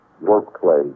workplace